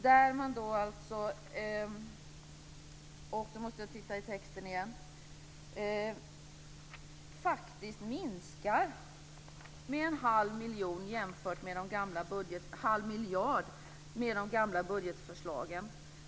Det handlar om Utgiftsområde 22 där man faktiskt minskar med en halv miljard jämfört med de gamla budgetförslagen.